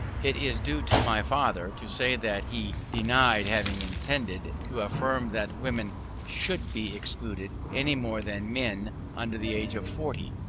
it is due to my father to say that he denied having intended to affirm that women should be excluded, any more than men under the age of forty,